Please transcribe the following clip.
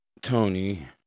Tony